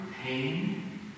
pain